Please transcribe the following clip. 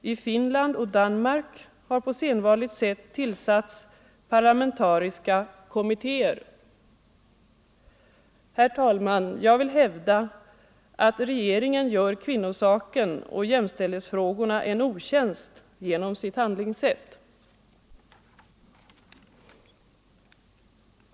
I Finland och Danmark har på sedvanligt sätt tillsatts parlamentariska kommittéer. Herr talman! Jag vill hävda att regeringen gör kvinnosaken och jämställdhetsfrågorna en otjänst genom sitt handlingssätt.